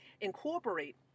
incorporate